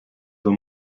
were